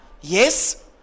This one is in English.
yes